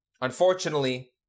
Unfortunately